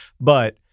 But-